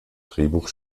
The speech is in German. drehbuch